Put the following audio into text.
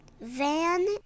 Van